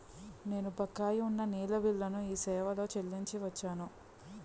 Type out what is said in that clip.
నేను బకాయి ఉన్న నీళ్ళ బిల్లును ఈ సేవాలో చెల్లించి వచ్చాను